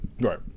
Right